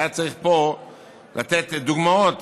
היה צריך לתת פה דוגמאות